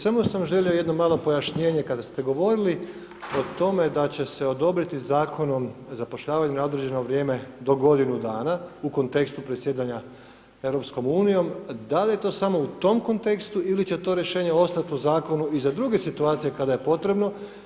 Samo sam želio jedno malo pojašnjenje kada ste govorili o tome, da će se odobriti zakonom zapošljavanje na određeno vrijeme do godinu dana, u kontekstu presjedanja EU, da li je to samo u tom kontekstu ili će to rješenje ostati u zakonu i za druge situacije, kada je potrebno.